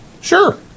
sure